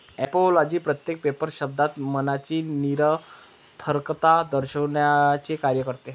ऍपिओलॉजी प्रत्येक पेपर शब्दात मनाची निरर्थकता दर्शविण्याचे कार्य करते